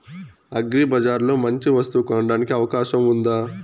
అగ్రిబజార్ లో మంచి వస్తువు కొనడానికి అవకాశం వుందా?